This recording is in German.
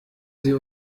sie